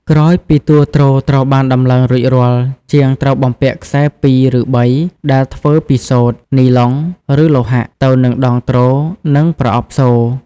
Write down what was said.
ក្រោយពីតួទ្រត្រូវបានដំឡើងរួចរាល់ ជាងត្រូវបំពាក់ ខ្សែពីរ ឬបី ដែលធ្វើពីសូត្រ នីឡុង ឬលោហៈ ទៅនឹងដងទ្រ និងប្រអប់សូរ។